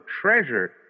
treasure